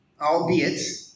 Albeit